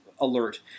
alert